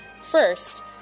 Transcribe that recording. First